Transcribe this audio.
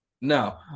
No